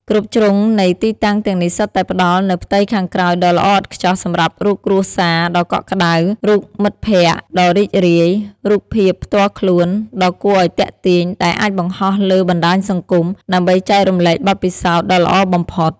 គ្រប់ជ្រុងនៃទីតាំងទាំងនេះសុទ្ធតែផ្តល់នូវផ្ទៃខាងក្រោយដ៏ល្អឥតខ្ចោះសម្រាប់រូបគ្រួសារដ៏កក់ក្តៅ រូបភាពមិត្តភក្តិដ៏រីករាយ ឬរូបភាពផ្ទាល់ខ្លួនដ៏គួរឲ្យទាក់ទាញដែលអាចបង្ហោះលើបណ្តាញសង្គមដើម្បីចែករំលែកបទពិសោធន៍ដ៏ល្អបំផុត។